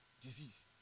disease